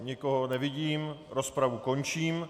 Nikoho nevidím, rozpravu končím.